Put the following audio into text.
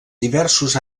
diversos